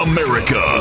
America